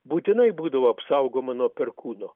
būtinai būdavo apsaugoma nuo perkūno